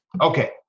Okay